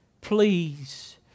Please